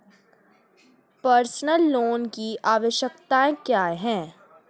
Personal loan की आवश्यकताएं क्या हैं?